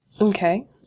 Okay